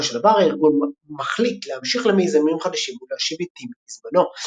בסופו של דבר הארגון מחליט להמשיך למיזמים חדשים ולהשיב את טימי לזמנו.